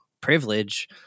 privilege